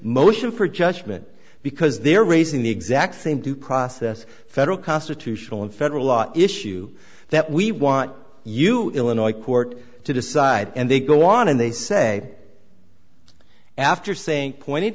motion for judgment because they're raising the exact same due process federal constitutional and federal law issue that we want you illinois court to decide and they go on and they say after saying pointed